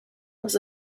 was